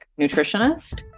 nutritionist